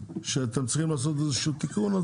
שאתם צריכים לעשות איזשהו תיקון,